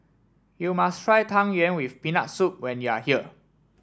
you must try Tang Yuen with Peanut Soup when you are here